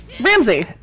Ramsey